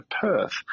Perth